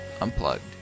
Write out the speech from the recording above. Unplugged